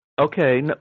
Okay